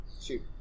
Shoot